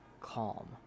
calm